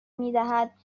میدهد